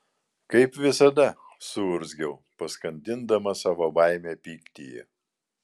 kaip visada suurzgiau paskandindama savo baimę pyktyje